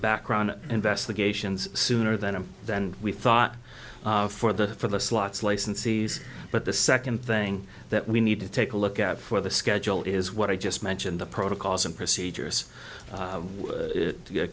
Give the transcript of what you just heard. background investigations sooner than him than we thought for the for the slots licensees but the second thing that we need to take a look at for the schedule is what i just mentioned the protocols and procedures